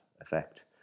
effect